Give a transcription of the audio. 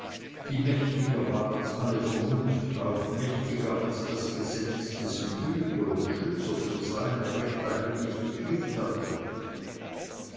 die mächtiger war als alle vernunft auch mächtiger als das gesetz dessen hüter und schützer zu sein er recht eigentlich die pflicht hatte